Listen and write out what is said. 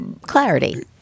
Clarity